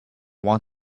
want